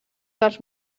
dels